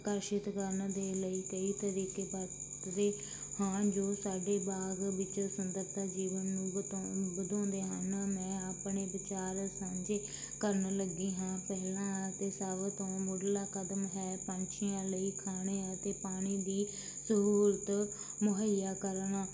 ਆਕਰਸ਼ਿਤ ਕਰਨ ਦੇ ਲਈ ਕਈ ਤਰੀਕੇ ਵਰਤਦੇ ਹਾਂ ਜੋ ਸਾਡੇ ਬਾਗ ਵਿੱਚ ਸੁੰਦਰਤਾ ਜੀਵਨ ਨੂੰ ਵਧਾਉਣ ਵਧਾਉਂਦੇ ਹਨ ਮੈਂ ਆਪਣੇ ਵਿਚਾਰ ਸਾਂਝੇ ਕਰਨ ਲੱਗੀ ਹਾਂ ਪਹਿਲਾ ਅਤੇ ਸਭ ਤੋਂ ਮੂਹਰਲਾ ਕਦਮ ਹੈ ਪੰਛੀਆਂ ਲਈ ਖਾਣੇ ਅਤੇ ਪਾਣੀ ਦੀ ਸਹੂਲਤ ਮੁਹੱਈਆ ਕਰਨਾ